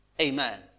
Amen